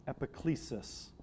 epiclesis